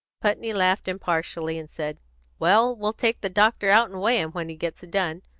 putney laughed impartially, and said well, we'll take the doctor out and weigh him when he gets done.